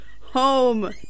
home